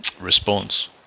response